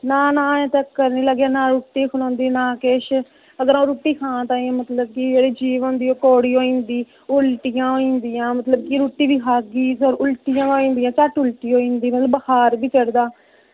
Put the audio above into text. ना ना ऐहीं तगर ना रुट्टी खनोंदी ना किश अगर रुट्टी खानै दा टैम लग्गी जंदा ते जीभ कौड़ी होई जंदी उल्टियां होई जंदियां मतलब रुट्टी खाद्धी ते उल्टियां होई जंदियां ते उल्टी होई जंदी ते मतलब बुखार बी चढ़दा